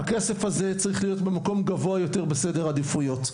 הכסף הזה צריך להיות במקום גבוה יותר בסדר העדיפויות.